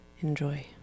enjoy